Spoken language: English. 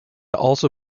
also